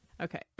Okay